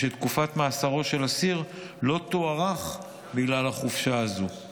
ותקופת מאסרו של אסיר לא תוארך בגלל החופשה הזאת.